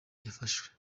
yafashwe